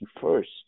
first